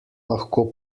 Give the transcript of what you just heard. lahko